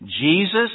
Jesus